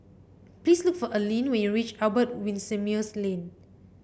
please look for Allene when you reach Albert Winsemius Lane